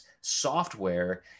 software